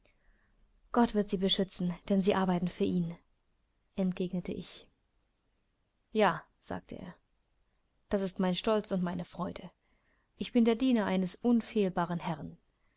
gott wird sie beschützen denn sie arbeiten für ihn entgegnete ich ja sagte er das ist mein stolz und meine freude ich bin der diener eines unfehlbaren herrn